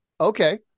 Okay